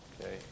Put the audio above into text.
Okay